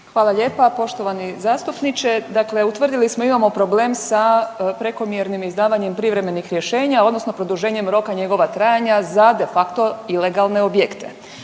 Hvala lijepa. Poštovani zastupniče, dakle utvrdili smo imamo problem sa prekomjernim izdavanjem privremenih rješenja odnosno produženjem roka njegova trajanja za de facto ilegalne objekte.